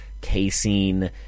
casein